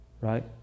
right